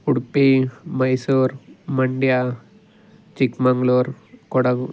Udupi Mysuru Mandya Chikkamagaluru Kodagu